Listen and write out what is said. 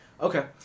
Okay